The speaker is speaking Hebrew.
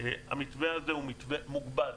המתווה הזה הוא מתווה מוגבל.